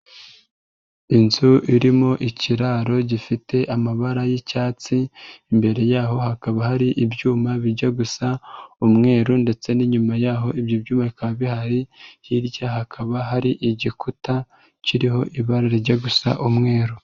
Inzu irimo ikiraro gifite amabara y'icyatsi, imbere y'aho hakaba hari ibyuma bijya gusa umweru ndetse n'inyuma y'aho ibyo byuma bikaba bihari, hirya hakaba hari igikuta kiriho ibara rirya gusa umweru.